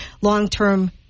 long-term